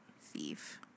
thief